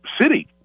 city